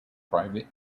private